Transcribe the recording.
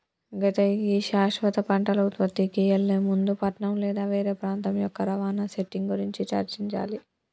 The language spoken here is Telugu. అయితే గీ శాశ్వత పంటల ఉత్పత్తికి ఎళ్లే ముందు పట్నం లేదా వేరే ప్రాంతం యొక్క రవాణా సెట్టింగ్ గురించి చర్చించాలి